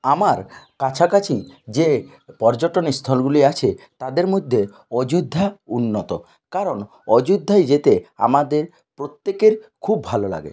আমার কাছাকাছি যে পর্যটন স্থলগুলি আছে তাদের মধ্যে অযোধ্যা উন্নত কারণ অযোধ্যায় যেতে আমাদের প্রত্যেকের খুব ভালো লাগে